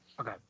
Okay